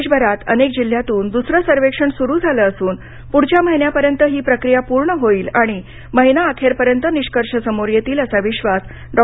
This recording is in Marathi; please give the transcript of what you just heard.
देशभरात अनेक जिल्ह्यातून दुसरं सर्वेक्षण सुरु झालं असून पुढच्या महिन्यापर्यंत ही प्रक्रिया पूर्ण होईल आणि महिना अखेरपर्यंत निष्कर्ष समोर येतील असा विश्वास डॉ